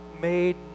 made